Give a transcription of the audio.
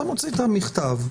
אתה מוציא את המכתב,